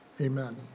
Amen